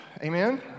Amen